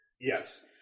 Yes